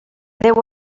déu